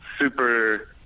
super